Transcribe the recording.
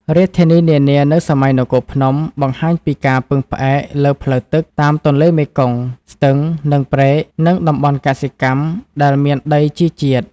រាជធានីនានានៅសម័យនគរភ្នំ បង្ហាញពីការពឹងផ្អែកលើ ផ្លូវទឹក តាមទន្លេមេគង្គ ស្ទឹង និងព្រែក និង តំបន់កសិកម្ម ដែលមានដីជីជាតិ។